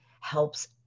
helps